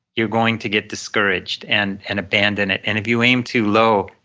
you're going to get discouraged and and abandon it and if you aim too low,